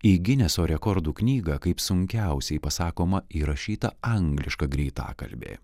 į gineso rekordų knygą kaip sunkiausiai pasakoma įrašyta angliška greitakalbė